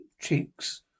cheeks